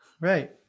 Right